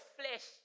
flesh